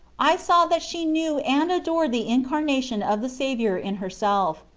i saw that she knew and adored the incarnation of the saviour in herself,